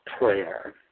prayer